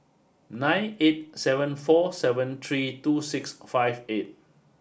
nine eight seven four seven three two six five eight